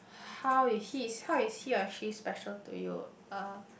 how is he how is he or she special to you uh